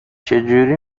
چجوری